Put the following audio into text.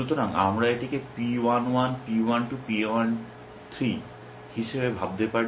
সুতরাং আমরা এটিকে P 11 P 12 P 13 হিসাবে ভাবতে পারি